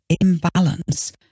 imbalance